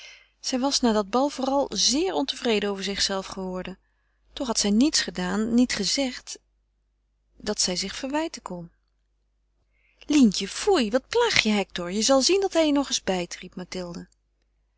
zij was na dat bal vooral zeer ontevreden over zichzelve geworden toch had zij niets gedaan niets gezegd dat zij zich verwijten kon lientje foei wat plaag je hector je zal zien dat hij je nog eens bijt riep